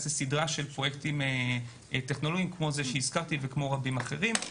לסדרה של פרויקטים טכנולוגיים כמו זה שהזכרתי ועוד רבים אחרים.